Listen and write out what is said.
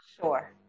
Sure